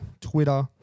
Twitter